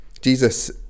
Jesus